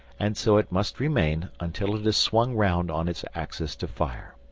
and so it must remain until it is swung round on its axis to fire.